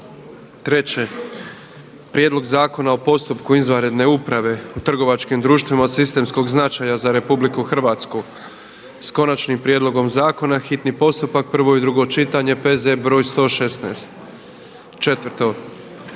Konačni prijedlog zakona o postupku izvanredne uprave u trgovačkim društvima od sistemskog značaja za Republiku Hrvatsku, hitni postupak, prvo i drugo čitanje, P.Z. br. 116. Predlagatelj